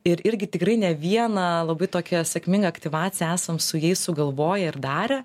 ir irgi tikrai ne vieną labai tokią sėkmingą aktyvaciją esam su jais sugalvoję ir darę